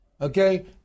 okay